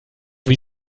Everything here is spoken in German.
wie